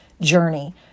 journey